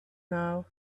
now